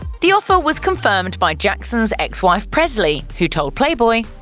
the offer was confirmed by jackson's ex-wife presley, who told playboy,